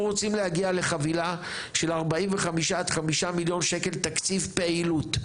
אנחנו רוצים להגיע לחבילה של 45-50 מיליון שקלים תקציב פעילות,